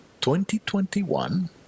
2021